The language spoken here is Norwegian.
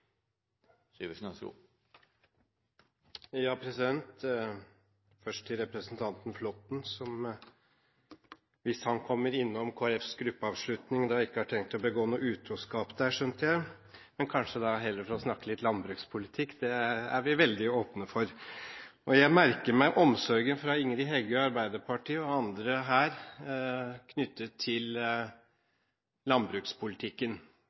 har tenkt å begå utroskap der, og kanskje da heller kan snakke litt om landbrukspolitikk, er vi veldig åpne for det. Jeg merker meg omsorgen fra Ingrid Heggø, Arbeiderpartiet og andre her knyttet til landbrukspolitikken.